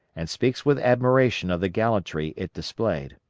and speaks with admiration of the gallantry it displayed.